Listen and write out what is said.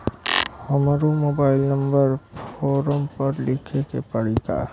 हमरो mobile number form पर लिखे के पड़ी का?